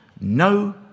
No